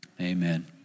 Amen